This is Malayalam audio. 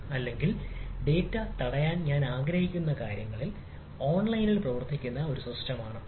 അല്ലെങ്കിൽ ഡാറ്റ തടയാൻ ഞാൻ ആഗ്രഹിക്കുന്ന കാര്യങ്ങളിൽ ഓൺലൈനിൽ പ്രവർത്തിക്കുന്ന ഒരു സിസ്റ്റം ആണ്